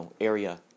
area